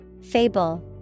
Fable